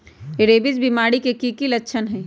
rabies बीमारी के कि कि लच्छन हई